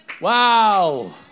Wow